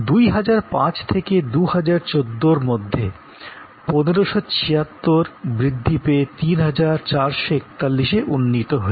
২০০৫ থেকে ২০১৪ এর মধ্যে ১৫৭৬ বৃদ্ধি পেয়ে ৩৪৪১ এ উন্নীত হয়েছে